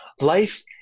Life